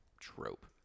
trope